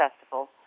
festival